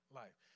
life